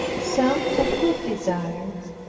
some have good desires,